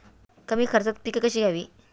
कमी खर्चात पिके कशी घ्यावी?